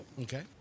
Okay